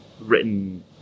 written